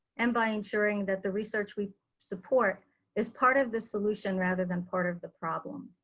and by ensuring that the research we support is part of the solution rather than part of the problem.